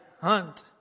hunt